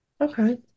okay